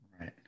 Right